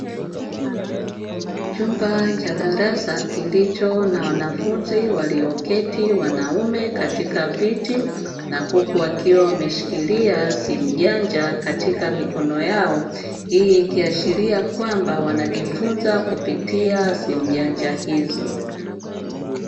Chumba cha darasa kilicho na wanafunzi walioketi wanaume katika viti na huku wakiwa wameshikilia simu janja katika mikono yao, hii ikiashiria kwamba wanajifunza kupitia simu janja hizo.